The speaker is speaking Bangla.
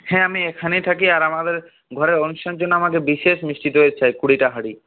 হ্যাঁ আমি এখানেই থাকি আর আমাদের ঘরের অনুষ্ঠানের জন্য আমাকে বিশেষ মিষ্টি দই চাই কুড়িটা হাঁড়ি